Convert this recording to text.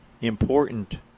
important